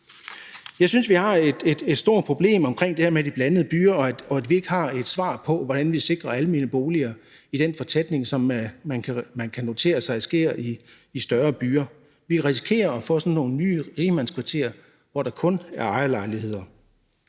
Jeg synes, at vi har et stort problem omkring det her med de blandede byer, og at vi ikke har et svar på, hvordan vi sikrer almene boliger i den fortætning, som man kan notere sig sker i større byer. Vi risikerer at få sådan nogle nye rigmandskvarterer, hvor der kun er ejerlejligheder.